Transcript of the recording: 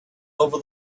over